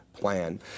plan